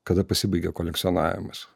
kada pasibaigia kolekcionavimas